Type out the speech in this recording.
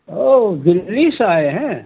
ओह दिल्ली से आए हैं